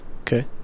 Okay